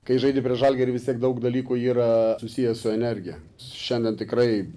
kai žaidi prieš žalgirį vis tiek daug dalykų yra susiję su energija šiandien tikrai